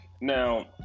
Now